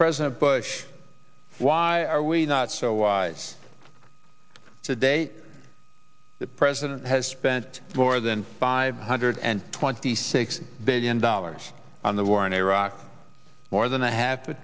president bush why are we not so wise today the president has spent more than five hundred and twenty six billion dollars on the war in iraq more than a half a